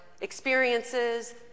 experiences